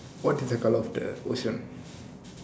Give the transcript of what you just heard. what is the colour of the ocean